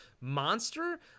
monster